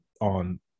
on